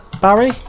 Barry